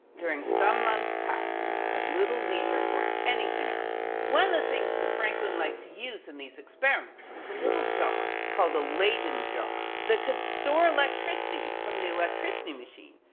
during some months past, had little leisure for anything else. one of the things that franklin liked to use in these experiments was a little jar, called a leyden jar, that could store electricity from the electricity machine,